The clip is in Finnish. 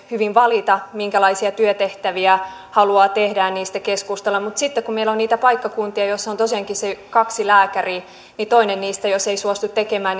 hyvin valita minkälaisia työtehtäviä haluaa ja niistä keskustella mutta sitten kun meillä on niitä paikkakuntia joissa on tosiaankin ne kaksi lääkäriä niin jos toinen näistä ei suostu tekemään